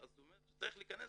אז זאת אומרת שצריך להיכנס